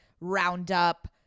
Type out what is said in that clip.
roundup